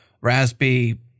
Raspberry